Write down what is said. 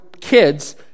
kids